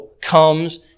comes